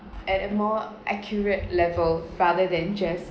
at a more accurate level rather than just